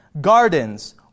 gardens